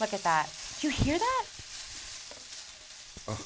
look at that you hear that